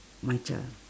my child